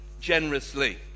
Generously